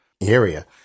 area